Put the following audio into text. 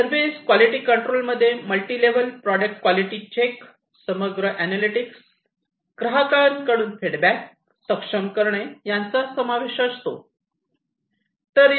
service quality control मध्ये multi level product quality check समग्र analytics ग्राहकांकडून फीडबॅक सक्षम करणे यांचा समावेश असतो